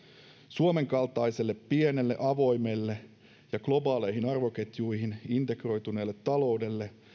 suomen kaltaiselle pienelle avoimelle ja globaaleihin arvoketjuihin integroituneelle taloudelle